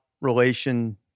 relation